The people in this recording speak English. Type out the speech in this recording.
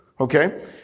okay